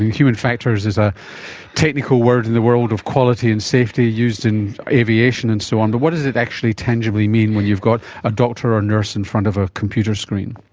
human factors is a technical word in the world of quality and safety used in aviation and so on but what does it actually tangibly mean when you've got a doctor or a nurse in front of a computer screen?